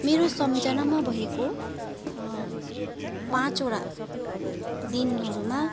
मेरो सम्झनामा भएको पाँचवटा दिनहरूमा